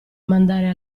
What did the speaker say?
mandare